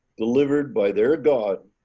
delivered by their god,